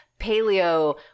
paleo